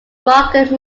margate